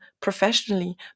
professionally